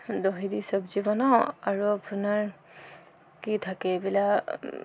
দহি দি চবজি বনাওঁ আৰু আপোনাৰ কি থাকে এইবিলাক